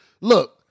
look